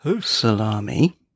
salami